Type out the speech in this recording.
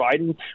Biden